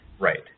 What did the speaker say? Right